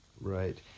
Right